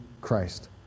Christ